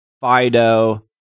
Fido